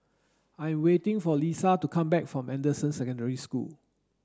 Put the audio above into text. I am waiting for Liza to come back from Anderson Secondary School